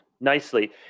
nicely